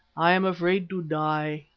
i am afraid to die.